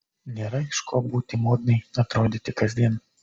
nėra iš ko būti modnai atrodyti kasdien